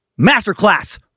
Masterclass